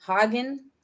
Hagen